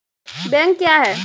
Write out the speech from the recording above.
Bank क्या हैं?